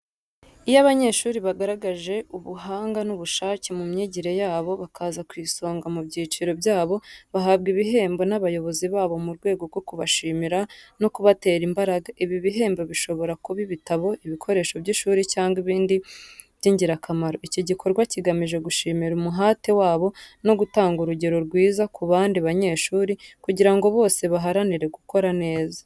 Iyo abanyeshuri bagaragaje ubuhanga n’ubushake mu myigire yabo, bakaza ku isonga mu byiciro byabo, bahabwa ibihembo n’abayobozi babo mu rwego rwo kubashimira no kubatera imbaraga. Ibi bihembo bishobora kuba ibitabo, ibikoresho by’ishuri cyangwa ibindi by’ingirakamaro. Iki gikorwa kigamije gushimira umuhate wabo no gutanga urugero rwiza ku bandi banyeshuri, kugira ngo bose baharanire gukora neza.